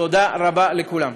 תודה רבה לכולם.